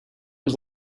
was